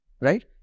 Right